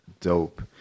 dope